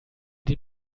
den